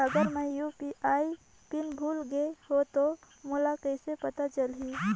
अगर मैं UPI PIN भुल गये हो तो मोला कइसे पता चलही?